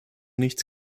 nichts